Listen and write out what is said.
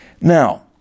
Now